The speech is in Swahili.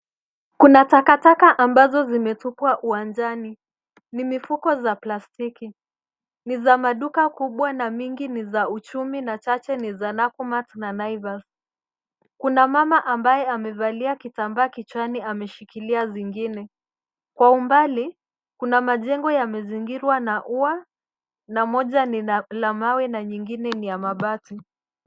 Kuna takataka ambazo zimetupwa uwanjani, ni mifuko za plastiki. Ni za maduka kubwa na mingi ni za Uchumi na chache ni za Nakumatt na Naivas. Kuna mama ambaye amevalia kitambaa kichwani ameshikilia zingine. Kwa umbali, kuna majengo yamezingirwa na ua na moja ni la mawe na nyingine ni ya mabati.